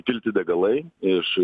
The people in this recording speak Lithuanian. pilti degalai iš